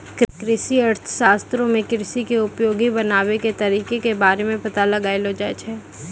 कृषि अर्थशास्त्रो मे कृषि के उपयोगी बनाबै के तरिका के बारे मे पता लगैलो जाय छै